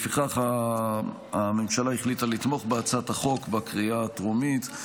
לפיכך הממשלה החליטה לתמוך בהצעת החוק בקריאה הטרומית.